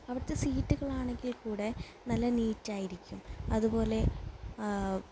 അവിടുത്തെ സീറ്റുകളാണെങ്കിൽക്കൂടെ നല്ല നീറ്റായിരിക്കും അതുപോലെ